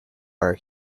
our